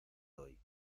doy